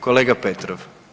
Kolega Petrov.